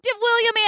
William